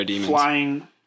flying